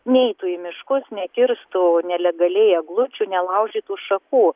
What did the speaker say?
neitų į miškus nekirstų nelegaliai eglučių nelaužytų šakų